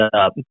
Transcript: up